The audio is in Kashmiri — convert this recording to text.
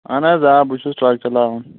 اَہَن حظ آ بہٕ چھُس ٹرٛک چَلاوان